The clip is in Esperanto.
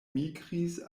migris